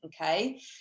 Okay